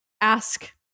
ask